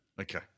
Okay